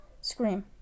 Scream